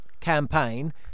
campaign